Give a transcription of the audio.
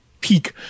peak